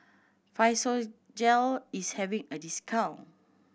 Physiogel is having a discount